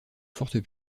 fortes